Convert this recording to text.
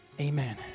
Amen